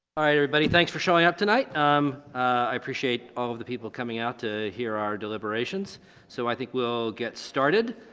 everybody thanks for showing up tonight um i appreciate all of the people coming out to hear our deliberations so i think we'll get started.